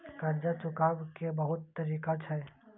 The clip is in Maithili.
कर्जा चुकाव के बहुत तरीका छै?